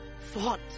fought